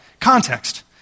context